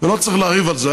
ולא צריך לריב על זה.